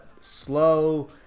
slow